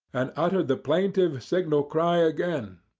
and uttered the plaintive signal cry again,